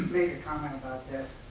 comment about this.